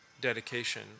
dedication